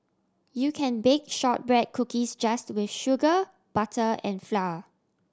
you can bake shortbread cookies just with sugar butter and flour